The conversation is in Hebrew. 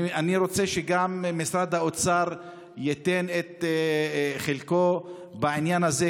אני רוצה שגם משרד האוצר ייתן את חלקו בעניין הזה,